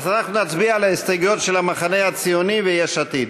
אז אנחנו נצביע על ההסתייגויות של המחנה הציוני ושל יש עתיד.